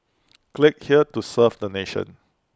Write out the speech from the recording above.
click here to serve the nation